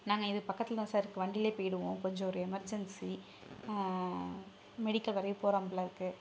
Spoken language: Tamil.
நாங்கள் இது பக்கத்தில் தான் சார் இருக்குது வண்டியிலயே போய்டுவோம் கொஞ்சம் ஒரு எமர்ஜன்ஸி மெடிக்கல் வரையும் போறாப்ல இருக்குது